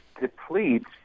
depletes